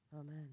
amen